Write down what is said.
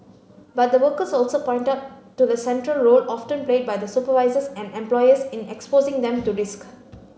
but the workers also pointed to the central role often played by supervisors and employers in exposing them to risks